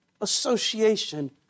association